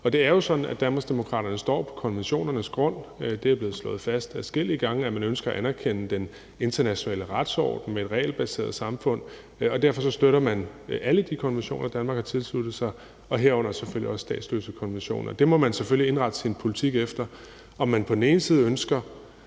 Det er jo sådan, at Danmarksdemokraterne står på konventionernes grund. Det er blevet slået fast adskillige gange, at man ønsker at anerkende den internationale retsorden med et regelbaseret samfund, og derfor støtter man alle de konventioner, Danmark har tilsluttet sig, herunder selvfølgelig også statsløsekonvention. Det må man selvfølgelig indrette sin politik efter, altså om man på den ene side ønsker